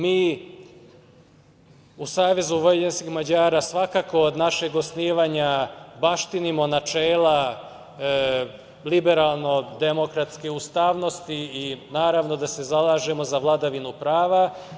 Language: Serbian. Mi u Savezu vojvođanskih Mađara, svakako, od našeg osnivanja baštinimo načela liberalno-demokratske ustavnosti i naravno da se zalažemo za vladavinu prava.